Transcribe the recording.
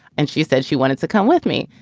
and she said she wanted to come with me.